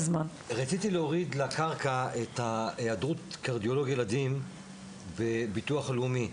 רציתי להוריד לקרקע את היעדרות קרדיולוג ילדים בביטוח הלאומי.